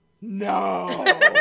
No